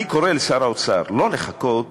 אני קורא לשר האוצר לא לחכות